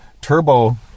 Turbo